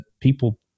people